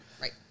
Right